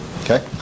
Okay